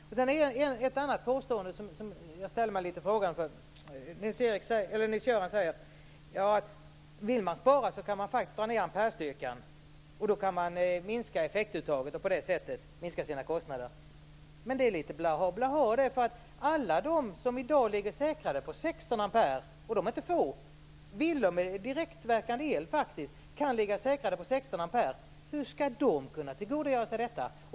Nils-Göran Holmqvist kom med ett annat påstående, som jag ställde mig litet frågande inför: Vill man spara kan man faktiskt dra ned amperestyrkan och minska effektuttaget och på så sätt minska sina kostnader. Men detta är litet "blaha blaha". Tänk på alla som ligger säkrade på 16 ampere, och de är inte få! Villor med direktverkande el kan faktiskt ligga säkrade på 16 ampere. Hur skall de kunna tillgodogöra sig detta?